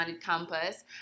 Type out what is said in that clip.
campus